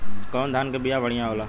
कौन धान के बिया बढ़ियां होला?